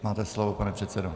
Máte slovo, pane předsedo.